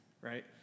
right